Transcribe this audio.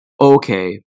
okay